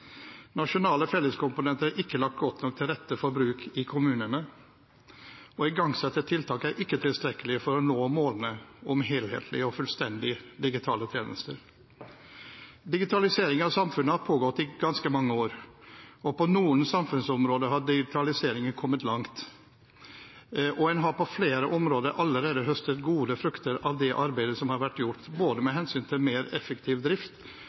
Nasjonale felleskomponenter er ikke lagt godt nok til rette for bruk i kommunene, og igangsatte tiltak er ikke tilstrekkelige for å nå målene om helhetlige og fullstendige digitale tjenester. Digitalisering av samfunnet har pågått i ganske mange år, og på noen samfunnsområder har digitaliseringen kommet langt, og en har på flere områder allerede høstet gode frukter av det arbeidet som har vært gjort både med hensyn til mer effektiv drift